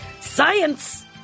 science